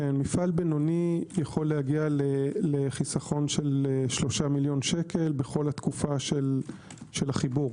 מפעל בינוני יכול להגיע לחיסכון של 3 מיליון שקל בכל התקופה של החיבור.